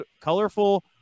colorful